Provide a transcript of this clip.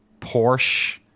Porsche